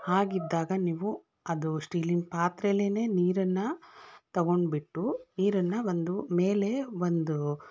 ಹಾಗಿದ್ದಾಗ ನೀವು ಅದು ಸ್ಟೀಲಿನ ಪಾತ್ರೆಲ್ಲೆ ನೀರನ್ನು ತಗೊಂಡುಬಿಟ್ಟು ನೀರನ್ನು ಒಂದು ಮೇಲೆ ಒಂದು